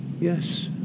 Yes